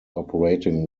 operating